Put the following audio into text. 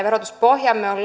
verotuspohjamme on